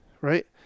right